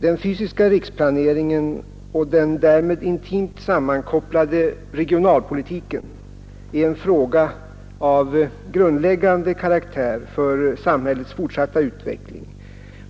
Den fysiska riksplaneringen och den därmed intimt sammankopplade regionalpolitiken är en fråga av så grundläggande karaktär för samhällets fortsatta utveckling